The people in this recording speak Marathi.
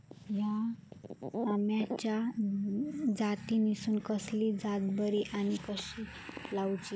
हया आम्याच्या जातीनिसून कसली जात बरी आनी कशी लाऊची?